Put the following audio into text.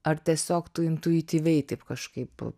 ar tiesiog tu intuityviai taip kažkaip